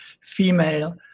female